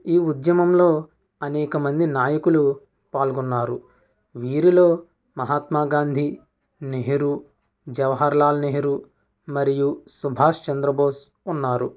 ఈ ఉద్యమంలో అనేకమంది నాయకులు పాల్గొన్నారు వీరిలో మహాత్మ గాంధీ నెహ్రు జవహర్ లాల్ నెహ్రు మరియు సుభాష్ చంద్రబోస్ ఉన్నారు